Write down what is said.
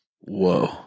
Whoa